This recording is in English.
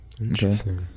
Interesting